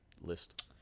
list